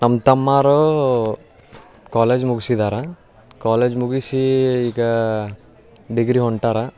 ನಮ್ಮ ತಮ್ಮಾವ್ರು ಕಾಲೇಜ್ ಮುಗ್ಸಿದಾರೆ ಕಾಲೇಜ್ ಮುಗಿಸಿ ಈಗ ಡಿಗ್ರಿ ಹೊಂಟಾರೆ